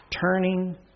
turning